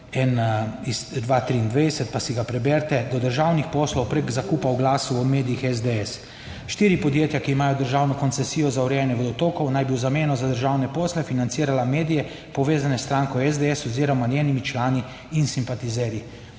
iz 2023, pa si ga preberite: Do državnih poslov prek zakupa oglasov v medijih SDS: Štiri podjetja, ki imajo državno koncesijo za urejanje vodotokov, naj bi v zameno za državne posle financirala medije povezane s stranko SDS oziroma njenimi člani in simpatizerji.